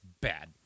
bad